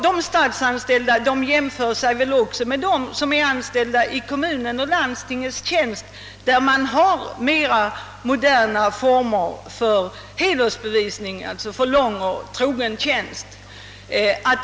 De statsanställda jämför sig väl också med dem som är anställda i kommun eller landsting, där man har modernare former för hedersbevisning för lång och trogen tjänst.